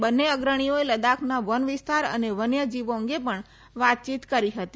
બંને અગ્રણીઓએ લદ્દાખના વનવિસ્તાર અને વન્ય જીવો અંગે પણ વાતચીત કરી હતી